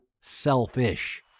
selfish